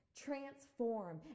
transform